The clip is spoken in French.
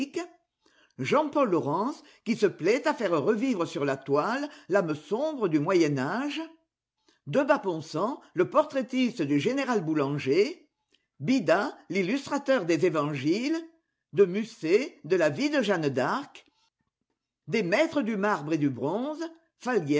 jean-paul laurens qui se plaît à faire revivre sur la toile l'âme sombre du moyen âge debat ponsan le portraitiste du général boulanger bida l'illustrateur des évangiles de musset de la vie de jeanne d'arc des maîtres du marbre et du bronze